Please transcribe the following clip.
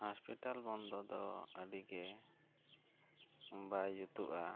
ᱵᱚᱱᱫᱚ ᱫᱚ ᱟᱹᱰᱤᱜᱮ ᱵᱟᱭ ᱡᱩᱛᱩᱜᱼᱟ